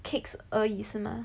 cakes 而已是吗